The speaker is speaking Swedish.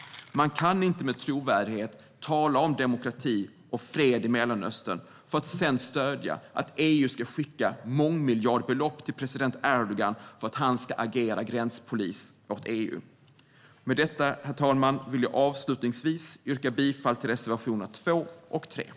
Man kan inte med trovärdighet tala om demokrati och fred i Mellanöstern för att sedan stödja att EU ska skicka mångmiljardbelopp till president Erdogan för att han ska agera gränspolis åt EU. Med detta, herr talman, vill jag avslutningsvis yrka bifall till reservationerna 2 och 13.